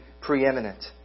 preeminent